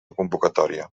convocatòria